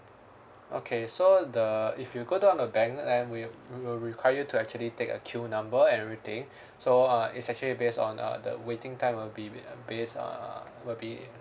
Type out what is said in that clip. okay so the if you go down the bank and we we will require you to actually take a queue number and everything so uh is actually based on uh the waiting time will be ba~ uh based uh will be